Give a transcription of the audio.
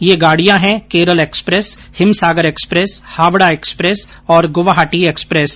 ये गाडियां हैं Kerala express Himsagar express Howrah express और गुवाहाटी एक्सप्रेस